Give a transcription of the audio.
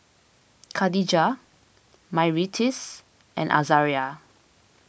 Kadijah Myrtis and Azaria